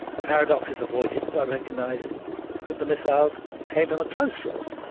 the paradox is avoided by recognising that the missiles came from a close source,